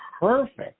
perfect